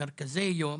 מרכזי יום